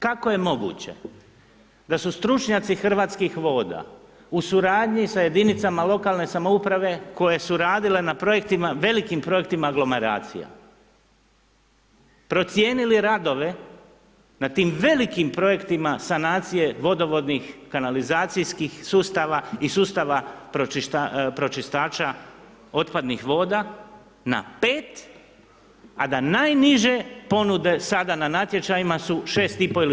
Kako je moguće da su stručnjaci Hrvatskih voda u suradnji s jedinicama lokalne samouprave koje su radile na projektima, velikim projektima aglomeracije procijenili radove na tim velikim projektima sanacije vodovodnih, kanalizacijskih sustava i sustava pročistača otpadnih voda na 5 a da najniže ponude sada na natječajima su 6,5 ili 7?